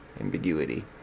Ambiguity